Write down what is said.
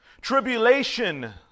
tribulation